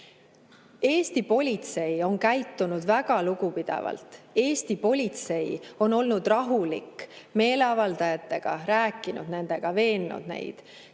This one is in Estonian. Eesti politsei on käitunud väga lugupidavalt. Eesti politsei on olnud meeleavaldajatega rahulik, rääkinud nendega, veennud neid.